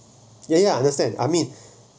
ya ya understand I mean